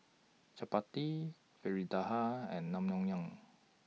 Chapati Fritada and Naengmyeon